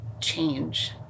change